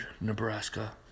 Nebraska